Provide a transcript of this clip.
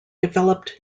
developed